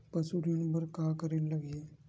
पशु ऋण बर का करे ला लगही?